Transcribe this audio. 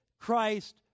Christ